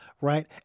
Right